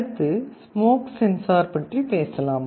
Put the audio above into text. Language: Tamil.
அடுத்து ஸ்மோக் சென்சார் பற்றி பேசலாம்